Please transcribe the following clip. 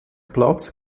platz